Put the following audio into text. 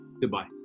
Goodbye